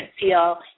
feel